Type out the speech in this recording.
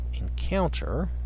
Encounter